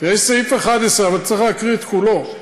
יש סעיף 11, אבל צריך להקריא את כולו.